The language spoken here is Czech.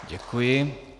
Děkuji.